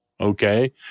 okay